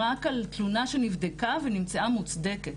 רק על תלונה שנבדקה ונמצאה מוצדקת.